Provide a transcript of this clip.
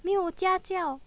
没有家教